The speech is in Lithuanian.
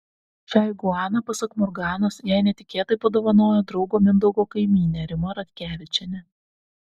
šią iguaną pasak morganos jai netikėtai padovanojo draugo mindaugo kaimynė rima ratkevičienė